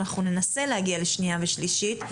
אנחנו ננסה להגיע לשנייה ושלישית,